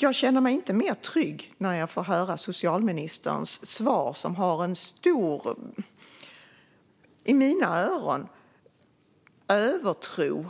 Jag känner mig inte tryggare när jag får höra socialministerns svar, som i mina öron visar en stor övertro